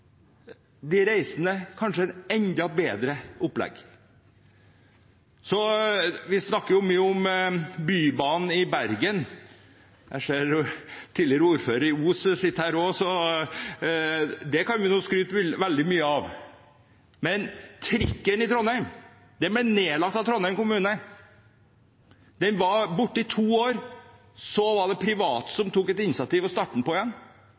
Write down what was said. de reisende kanskje et enda bedre opplegg. Vi snakker mye om Bybanen i Bergen – jeg ser at tidligere ordfører i Os også sitter her – og den kan vi skryte veldig mye av. Men trikken i Trondheim ble nedlagt av Trondheim kommune. Den var borte i to år, og så var det private som tok et initiativ og startet på nytt – det var på 1980-tallet. Den